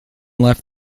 left